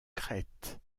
crète